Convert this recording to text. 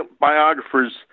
biographers